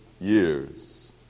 years